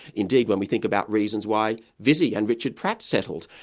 indeed when we think about reasons why visy and richard pratt settled,